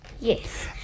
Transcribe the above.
Yes